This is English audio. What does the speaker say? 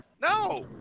No